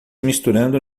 misturando